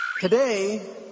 Today